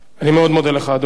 אני מאוד מודה לך, אדוני.